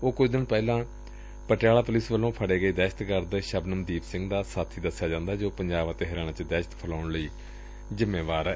ਉਹ ਕੁਝ ਦਿਨ ਪਹਿਲਾ ਪਟਿਆਲਾ ਪੁਲਿਸ ਵੱਲੋਂ ਫਤੇ ਗਏ ਦਹਿਸ਼ਤਗਰਦ ਸ਼ਬਨਮਦੀਪ ਸਿੰਘ ਦਾ ਸਾਬੀ ਦਸਿਆ ਜਾਂਦੈ ਜੋ ਪੰਜਾਬ ਤੇ ਹਰਿਆਣਾ ਚ ਦਹਿਸਤ ਫੈਲਾਉਣ ਲਈ ਜਿੰਮੇਵਾਰ ਏ